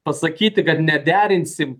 pasakyti kad nederinsim